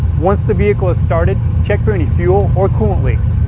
once the vehicle is started, check for any fuel or coolant leaks.